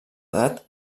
edat